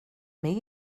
med